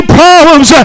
problems